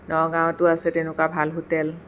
নগাঁৱতো আছে তেনেকুৱা ভাল হোটেল